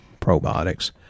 probiotics